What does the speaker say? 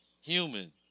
human